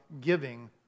giving